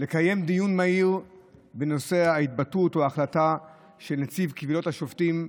לקיים דיון מהיר בנושא ההתבטאות או ההחלטה של נציב קבילות השופטים,